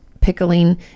pickling